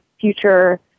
future